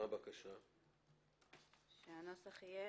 אנחנו מבקשים שהנוסח בסיפה יהיה: